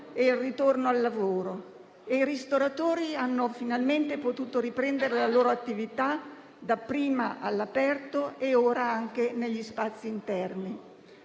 e il ritorno al lavoro. I ristoratori hanno potuto finalmente riprendere la loro attività, dapprima all'aperto e ora anche negli spazi interni.